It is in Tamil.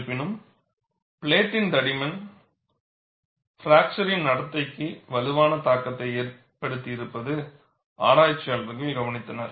இருப்பினும் பிளேட்டின் தடிமன் பிராக்சர் நடத்தைக்கு வலுவான தாக்கத்தை ஏற்படுத்தியிருப்பதை ஆராய்ச்சியாளர்கள் கவனித்தனர்